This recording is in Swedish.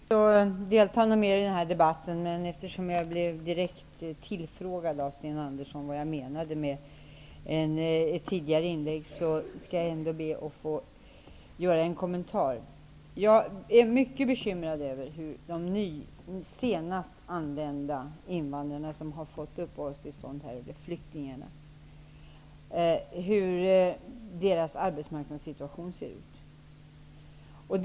Herr talman! Jag hade inte tänkt delta något mer i den här debatten, men eftersom jag blev direkt tillfrågad av Sten Andersson i Malmö om vad jag menade med ett tidigare inlägg skall jag be att ändå få göra en kommentar. Jag är mycket bekymrad över hur arbetsmarknadssituationen ser ur för de senast anlända flyktingarna, som har fått uppehållstillstånd här.